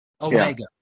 Omega